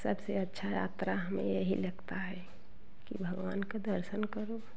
सबसे अच्छा यात्रा हमे यही लगता है कि भगवान के दर्शन करो